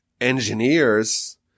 engineers